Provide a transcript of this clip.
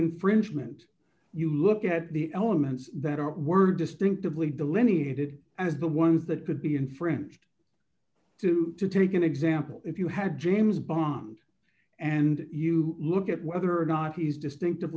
infringement you look at the elements that are were distinctively delineated as the ones that could be infringed to take an example if you had james bond and you look at whether or not he's distinctive